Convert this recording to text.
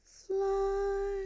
fly